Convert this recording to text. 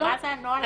מה זה הנוהל הזה?